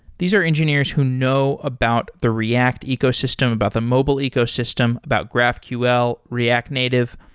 these are engineers who know about the react ecosystem, about the mobile ecosystem, about graphql, react native.